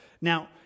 Now